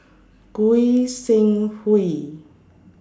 Goi Seng Hui